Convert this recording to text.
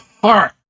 heart